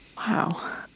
Wow